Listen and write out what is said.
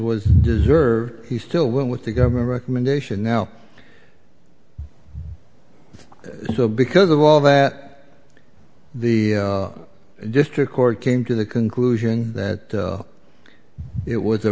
was deserved he still went with the government recommendation now so because of all that the district court came to the conclusion that it was a